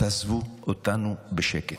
תעזבו אותנו בשקט.